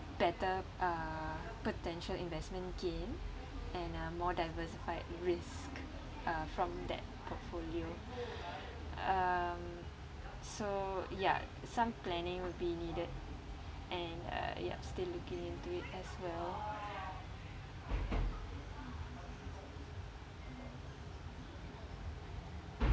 better uh potential investment gain and uh more diversified risk uh from that portfolio um so ya some planning would be needed and uh yup still looking into it as well